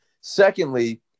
Secondly